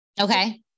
Okay